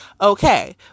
okay